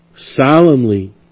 Solemnly